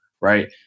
right